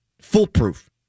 foolproof